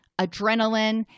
adrenaline